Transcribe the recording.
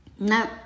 No